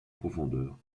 profondeur